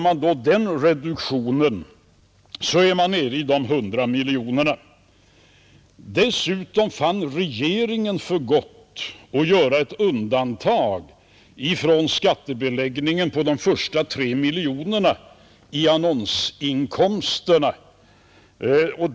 Med den reduktionen är man nere i de 100 miljonerna. Dessutom fann regeringen för gott att göra ett undantag från skattebeläggningen för de tre första miljonerna i annonsinkomster.